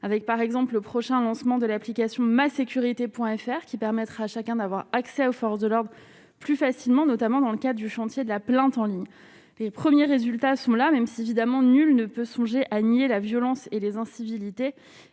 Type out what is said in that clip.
avec, par exemple, le prochain lancement de l'application ma sécurité Point FR qui permettra à chacun d'avoir accès aux forces de l'ordre plus facilement, notamment dans le cas du chantier de la plante en ligne, les premiers résultats sont là, même si évidemment, nul ne peut songer à nier la violence et les incivilités